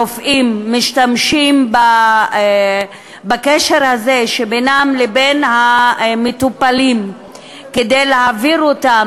רופאים משתמשים בקשר הזה שבינם לבין המטופלים כדי להעביר אותם